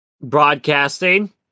broadcasting